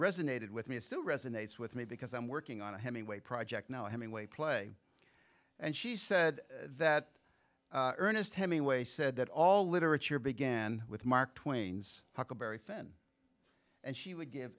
resonated with me still resonates with me because i'm working on a hemingway project now hemingway play and she said that ernest hemingway said that all literature began with mark twain's huckleberry finn and she would give